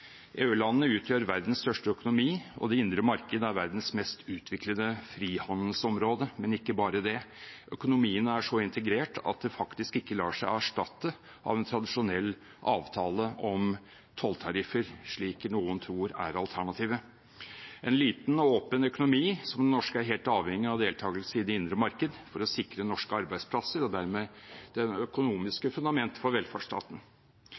EU-landene utgjør verdens største økonomi, og det indre marked er verdens mest utviklede frihandelsområde. Men ikke bare det: Økonomien er så integrert at det faktisk ikke lar seg erstatte av en tradisjonell avtale om tolltariffer, slik noen tror er alternativet. En liten og åpen økonomi som den norske er helt avhengig av deltakelse i det indre marked for å sikre norske arbeidsplasser og dermed det økonomiske fundamentet for velferdsstaten.